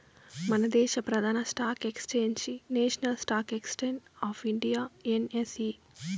మనదేశ ప్రదాన stock exchange national stock exchange of India NSE